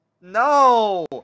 No